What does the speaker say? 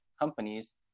companies